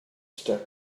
stuck